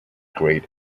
great